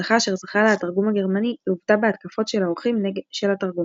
ההצלחה אשר זכה לה התרגום הגרמני לוותה בהתקפות של העורכים של התרגום.